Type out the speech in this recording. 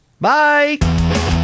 Bye